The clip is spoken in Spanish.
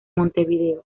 montevideo